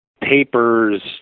papers